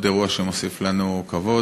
עוד אירוע שמוסיף לנו כבוד.